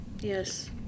Yes